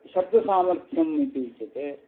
शब्दसामर्थ्यम् इति उच्यते